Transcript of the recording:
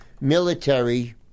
military